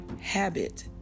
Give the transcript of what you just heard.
habit